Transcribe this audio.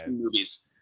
movies